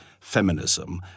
feminism